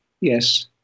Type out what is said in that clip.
yes